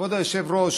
כבוד היושב-ראש,